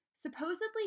supposedly